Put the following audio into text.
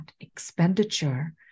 expenditure